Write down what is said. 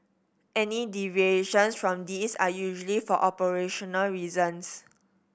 any deviations from these are usually for operational reasons